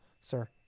Sir